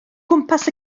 gwmpas